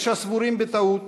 יש הסבורים בטעות